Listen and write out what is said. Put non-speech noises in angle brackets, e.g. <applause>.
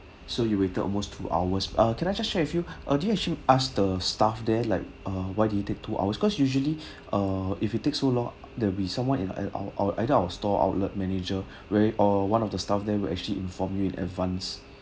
so you waited almost two hours ah can I just check with you uh did you actually asked the staff there like uh why do you take two hours cause usually uh if it take so long there'll be someone in <noise> our our either our store outlet manager where or one of the staff there will actually inform you in advance